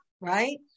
Right